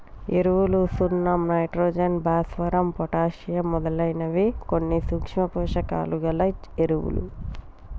ఎరువులు సున్నం నైట్రోజన్, భాస్వరం, పొటాషియమ్ మొదలైనవి కొన్ని సూక్ష్మ పోషకాలు గల ఎరువులు